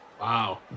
Wow